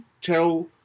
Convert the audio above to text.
tell